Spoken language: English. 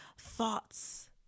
thoughts